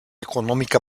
económica